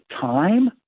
time